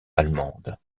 allemande